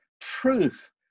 truth